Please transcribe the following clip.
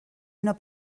una